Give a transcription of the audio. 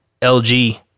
LG